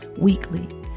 weekly